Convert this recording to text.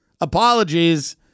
Apologies